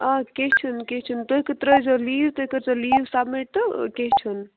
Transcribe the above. اَدٕ کیٚنٛہہ چھُنہٕ کیٚنٛہہ چھُنہٕ تُہۍ ترٛٲوزیٚو لیٖو تُہۍ کٔرِۍزیٚو لیٖو سَبمِٹ تہٕ کیٚنٛہہ چھُنہٕ